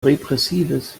repressives